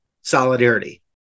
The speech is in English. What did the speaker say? Solidarity